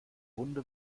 wunde